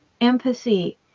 empathy